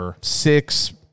six